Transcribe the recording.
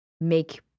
make